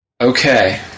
Okay